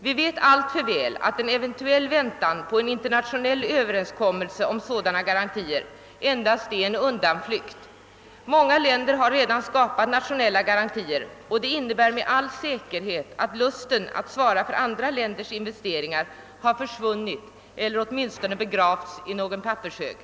Vi vet alltför väl att en eventuell väntan på en internationell överenskommelse om sådana garantier endast är en undanflykt. Många länder har redan skapat nationella garantier, och det innebär med all säkerhet att lusten att svara för andra länders investeringar har försvunnit eller åtminstone begravts i någon pap pershög.